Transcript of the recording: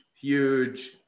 huge